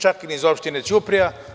Čak ni iz opštine Ćuprija.